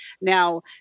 Now